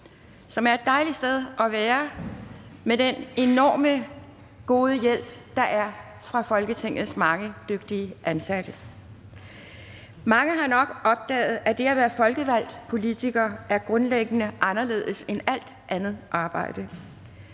som er et dejligt sted at være med den enormt gode hjælp, der er fra Folketingets mange dygtige ansatte. Mange har nok opdaget, at det at være folkevalgt politiker er grundlæggende anderledes end alt andet arbejde.